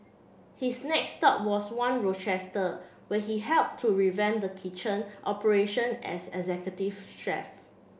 his next stop was One Rochester where he helped to revamp the kitchen operations as executive chef